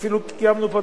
ואפילו קיימנו פה,